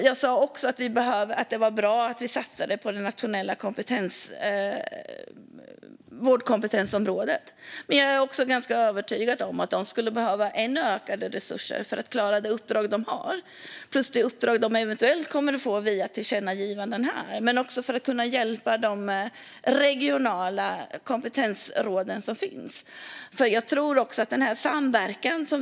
Jag sa att det är bra att vi satsar på kompetens nationellt på vårdområdet. Men jag är övertygad om att de behöver än mer resurser för att klara det uppdrag de har samt det uppdrag de eventuellt kommer att få via tillkännagivanden från riksdagen. Det handlar också om att hjälpa de regionala kompetensråden.